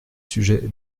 sujet